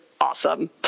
awesome